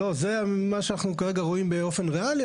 זה מה שאנחנו כרגע רואים באופן ריאלי,